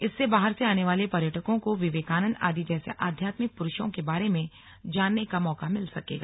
इससे बाहर से आने वाले पर्यटकों को विवेकानन्द आदि जैसे आध्यात्मिक पुरूषों के बारे में जानने का मौका मिल सकेगा